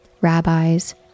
rabbis